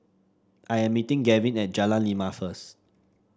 I am meeting Gavin at Jalan Lima first